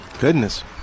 Goodness